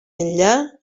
enllà